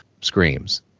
screams